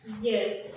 yes